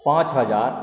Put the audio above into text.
पाँच हजार